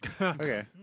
Okay